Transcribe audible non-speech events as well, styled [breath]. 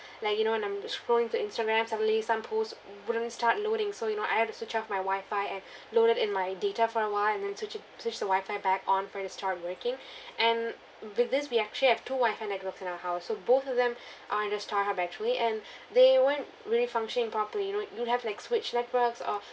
like you know when I'm scrolling through instagram suddenly some posts wouldn't start loading so you know I had to switch of my wi-fi and [breath] load it in my data for awhile and then switch it switch the wi-fi back on for it to start working [breath] and with this we actually have two wi-fi network in our house so both of them [breath] are in a starhub actually and [breath] they weren't really functioning properly you know you have like switch networks or